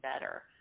better